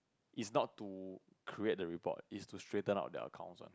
is not to create the report is to straighten out their accounts wat